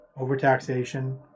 overtaxation